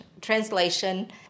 translation